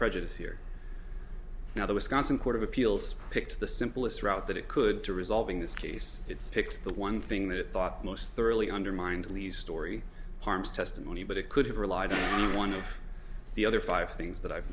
prejudice here now the wisconsin court of appeals picks the simplest route that it could to resolving this case it's picks the one thing that thought most thoroughly undermined at least story harms testimony but it could have relied on one of the other five things that i've